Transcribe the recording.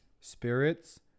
Spirits